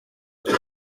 icyo